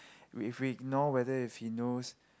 if he ignore whether if he knows